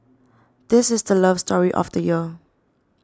this is the love story of the year